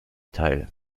teil